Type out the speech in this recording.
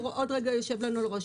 הוא עוד רגע יושב לנו על הראש,